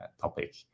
topic